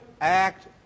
act